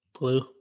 blue